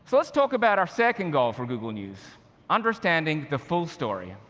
so let's talk about our second goal for google news understanding the full story.